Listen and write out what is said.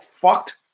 fucked